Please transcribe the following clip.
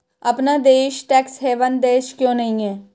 अपना देश tax haven देश क्यों नहीं है?